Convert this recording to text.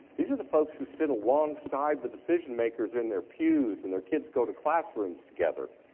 these are the folks who sit alongside the decision-makers in their pews and their kids go to classrooms together.